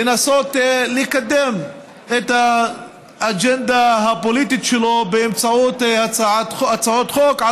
לנסות לקדם את האג'נדה הפוליטית שלו באמצעות הצעות חוק,